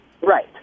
Right